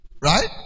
Right